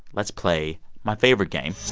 let's play my favorite game